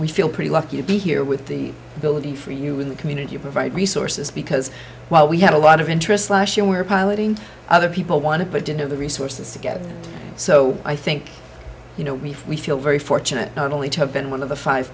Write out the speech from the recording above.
we feel pretty lucky to be here with the ability for you in the community to provide resources because while we have a lot of interest last year we were piloting other people wanted but didn't have the resources together so i think you know we feel very fortunate not only to have been one of the five